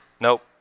Nope